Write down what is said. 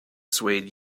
swayed